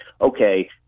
okay